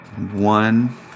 One